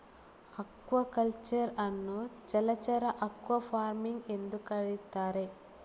aquaculture ಅನ್ನು ಜಲಚರ aquafarming ಎಂದೂ ಕರೆಯುತ್ತಾರೆ